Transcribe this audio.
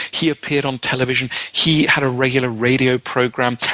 he appeared on television. he had a regular radio program.